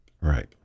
Right